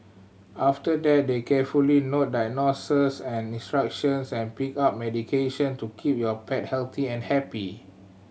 after that they carefully note diagnoses and instructions and pick up medication to keep your pet healthy and happy